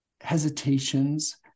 hesitations